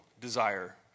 desire